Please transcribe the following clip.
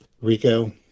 Rico